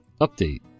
Update